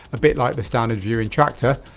a bit like the standard view in traktor.